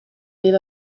deel